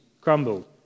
crumbled